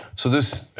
so this